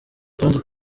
tundi